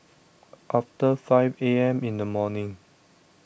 after five A M in the morning